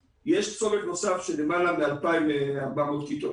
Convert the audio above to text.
2020. יש צורך נוסף של יותר מ-2,400 כיתות.